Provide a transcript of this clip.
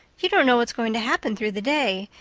you don't know what's going to happen through the day,